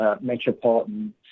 Metropolitan